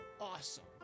awesome